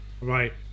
right